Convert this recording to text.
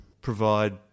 provide